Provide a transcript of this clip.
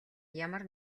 ямар